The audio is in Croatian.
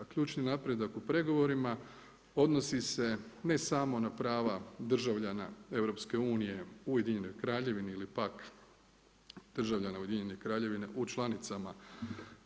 A ključni napredak u pregovorima odnosi se ne samo na prava državljana EU-a u Ujedinjenoj Kraljevini ili pak državljana Ujedinjene Kraljevina u članicama